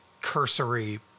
cursory